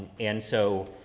and so,